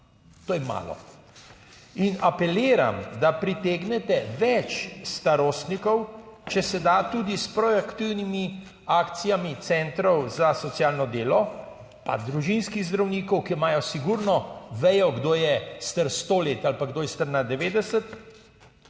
to je malo. In apeliram, da pritegnete več starostnikov, če se da, tudi s proaktivnimi akcijami Centrov za socialno delo, pa družinskih zdravnikov, ki imajo sigurno vejo kdo je star sto let ali pa kdo je star nad